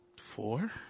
Four